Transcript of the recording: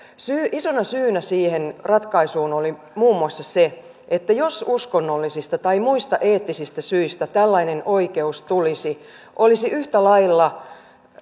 isona syynä siihen ratkaisuun oli muun muassa se että jos uskonnollisista tai muista eettisistä syistä tällainen oikeus tulisi olisi yhtä lailla